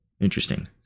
interesting